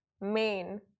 main